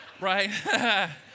Right